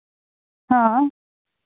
ᱦᱮᱸ